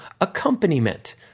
accompaniment